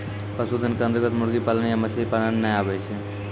पशुधन के अन्तर्गत मुर्गी पालन या मछली पालन नाय आबै छै